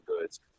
goods